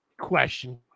question